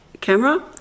camera